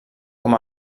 com